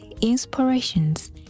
inspirations